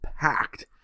packed